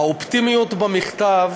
האופטימיות במכתב